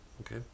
Okay